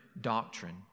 doctrine